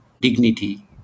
dignity